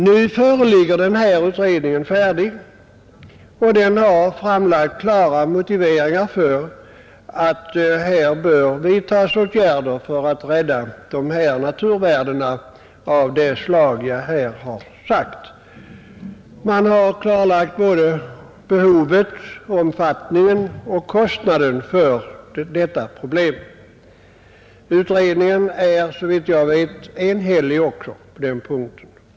Nu föreligger utredningen färdig, och den innehåller klara motiveringar för att det bör vidtas åtgärder för att rädda naturvärden av det slag som jag här talat om. Man har redovisat både behovet och omfattningen av samt kostnaderna för en lösning av detta problem. Utredningen är, såvitt jag vet, också enhällig på den punkten.